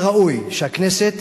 אבל ראוי שהכנסת,